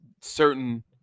certain